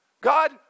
God